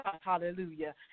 Hallelujah